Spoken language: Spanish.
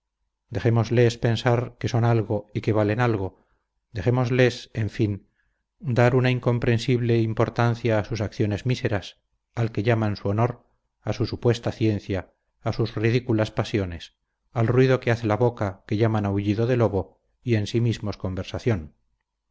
mayores dejémosles pensar que son algo y que valen algo dejémosles en fin dar una incomprensible importancia a sus acciones míseras al que llaman su honor a su supuesta ciencia a sus ridículas pasiones al ruido que hace la boca que llaman aullido en el lobo y en sí mismos conversación